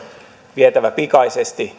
vietävä pikaisesti